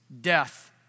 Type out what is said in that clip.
death